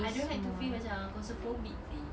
I don't like to feel macam claustrophobic seh